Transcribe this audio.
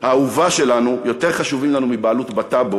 האהובה שלנו יותר חשובים לנו מבעלות בטאבו